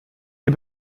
ihr